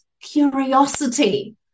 curiosity